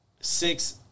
Six